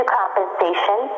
compensation